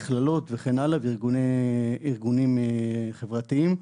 מכללות וארגונים חברתיים.